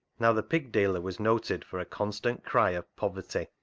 now the pig-dealer was noted for a constant cry of poverty,